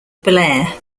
blair